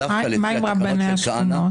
מה עם רבני השכונות?